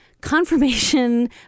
confirmation